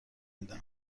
میدم